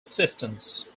systems